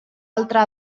altra